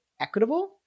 equitable